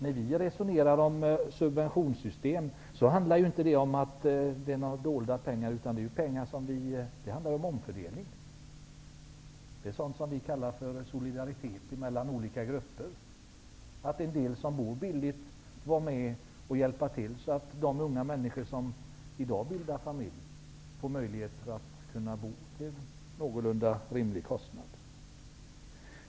När vi resonerar om subventionssystem handlar det inte om dolda pengar utan om en omfördelning. Det är sådant som vi kallar solidaritet mellan olika grupper. En del som bor billigt är med och hjälper till så att unga människor som i dag bildar familj får möjlighet att bo till en någorlunda rimlig kostnad.